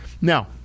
Now